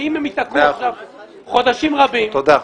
שאם הם ייתקעו חודשים רבים --- תודה,